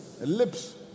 lips